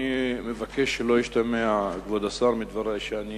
אני מבקש שלא ישתמע, כבוד השר, מדברי שאני